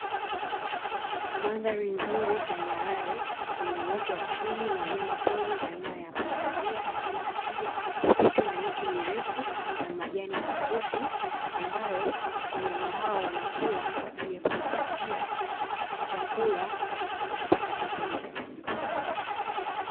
Mandhari nzuri tambarare yenye uoto wa asili na wanyama pori aina ya pundamilia pamoja na twiga huku kukiwa na miti mirefu na majani mafupi, ambayo wanyama hao wanakula kwa ajili ya kujipatia chakula na kupata afya njema.